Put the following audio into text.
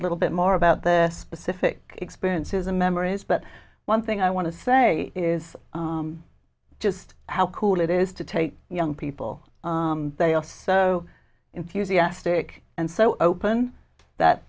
a little bit more about the specific experiences and memories but one thing i want to say is just how cool it is to take young people they are so enthusiastic and so open that